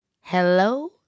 Hello